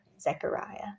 Zechariah